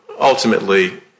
ultimately